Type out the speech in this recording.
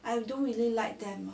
I don't really like them